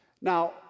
Now